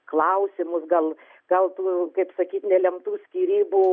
klausimus gal gal kaip sakyt nelemtų skyrybų